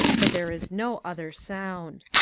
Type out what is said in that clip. but there is no other sound.